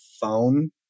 phone